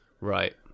Right